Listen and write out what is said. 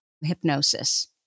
hypnosis